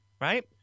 right